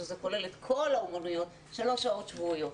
שזה כולל את כל האומנויות, שלוש שעות שבועיות.